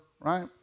right